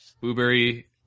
Blueberry